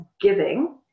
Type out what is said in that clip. giving